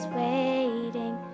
waiting